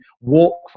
walk